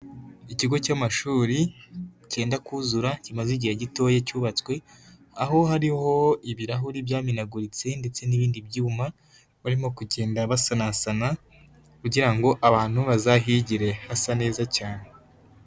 Ikigo cy'amashuri kenda kuzura kimaze igihe gitoya cyubatswe, aho hariho ibirahuri byamenaguritse ndetse n'ibindi byuma barimo kugenda basanasana kugira ngo abantu bazahigire hasa neza cyane.